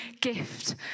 gift